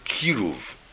kiruv